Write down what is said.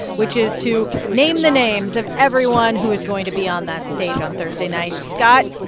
which is to name the names of everyone who is going to be on that stage on thursday night. scott,